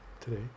Today